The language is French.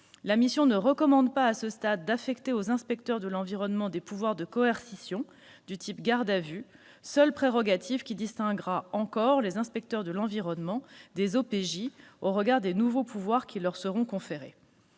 mission ne recommande pas à ce stade d'affecter aux inspecteurs de l'environnement des pouvoirs de coercition, du type garde à vue, seule prérogative qui distinguera encore les inspecteurs de l'environnement des OPJ au regard des nouveaux pouvoirs qui leur seront conférés.